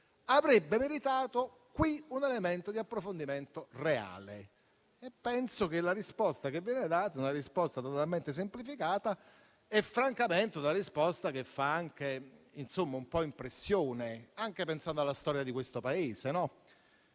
avrebbe meritato qui un elemento di approfondimento reale. Penso che la risposta che viene data sia totalmente semplificata e francamente fa anche un po' impressione, anche pensando alla storia di questo Paese.